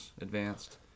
advanced